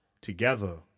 together